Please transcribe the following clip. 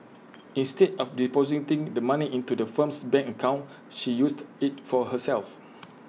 instead of depositing the money into the firm's bank account she used IT for herself